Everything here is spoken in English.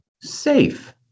Safe